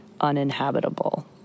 uninhabitable